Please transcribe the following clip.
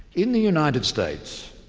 in the united states,